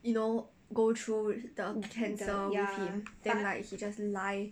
ya but I